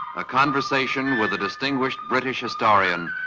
a conversation with a distinguished british historian,